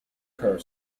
her